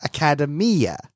Academia